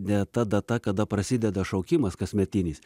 ne ta data kada prasideda šaukimas kasmetinis